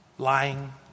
Lying